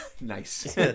Nice